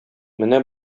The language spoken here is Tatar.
менә